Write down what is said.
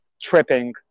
tripping